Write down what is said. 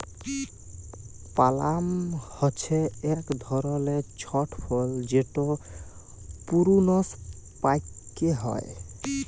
পালাম হছে ইক ধরলের ছট ফল যেট পূরুনস পাক্যে হয়